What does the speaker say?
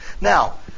Now